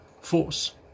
force